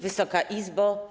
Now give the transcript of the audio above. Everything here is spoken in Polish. Wysoka Izbo!